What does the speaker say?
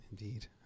Indeed